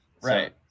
right